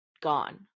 gone